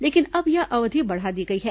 लेकिन अब यह अवधि बढ़ा दी गई है